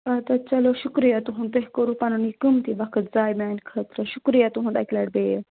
آ تہٕ چلو شُکریہ تُہُنٛد تُہۍ کوٚروٕ پَنُن یہِ قۭمتی وقت زایہِ میانہِ خٲطرٕ شُکرِیا تُہُنٛد اَکہِ لَٹہِ بیٚیہِ